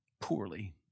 poorly